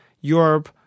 Europe